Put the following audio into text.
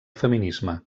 feminisme